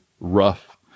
rough